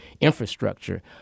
infrastructure